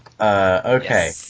Okay